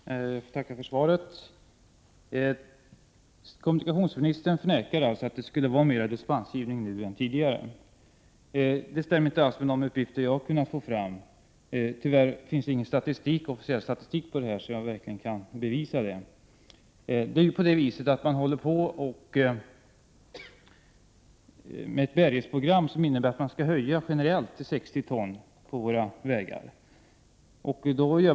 Herr talman! Jag tackar för svaret. Kommunikationsministern förnekar alltså att det skulle ges fler dispenser nu än tidigare. Det stämmer inte alls med de uppgifter jag har fått fram. Tyvärr finns det ingen officiell statistik över detta, så jag kan inte bevisa det. Man håller för närvarande på med ett bärighetsprogram enligt vilket gränsen generellt skall höjas till 60 ton på våra vägar.